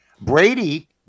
Brady